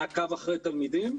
מעקב אחרי תלמידים.